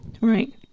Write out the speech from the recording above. right